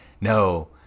no